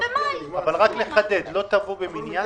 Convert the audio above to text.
נחדד - לא תבוא מניין